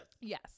Yes